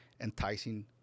enticing